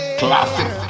classic